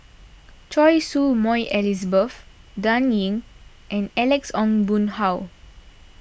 Choy Su Moi Elizabeth Dan Ying and Alex Ong Boon Hau